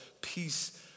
peace